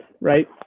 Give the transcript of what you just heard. right